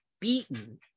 beaten